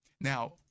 Now